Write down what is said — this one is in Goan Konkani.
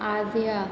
आर्या